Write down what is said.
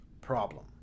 Problem